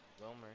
Wilmer